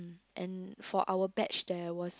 um and for our batch there was